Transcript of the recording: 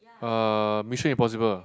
uh Mission Impossible